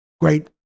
great